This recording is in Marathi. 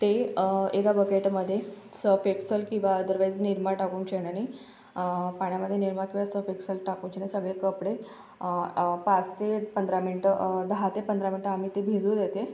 ते एका बकेटमध्ये सर्फ एक्सल किंवा अदरवाईज निरमा टाकून पाण्यामध्ये निरमा किंवा सर्फ एक्सेल टाकून सगळे कपडे पाच ते पंधरा मिनटं दहा ते पंधरा मिनटं आम्ही ते भिजू देते